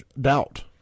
doubt